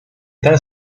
ten